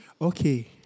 Okay